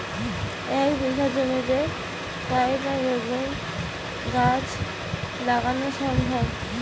এক বিঘা জমিতে কয়টা বেগুন গাছ লাগানো সম্ভব?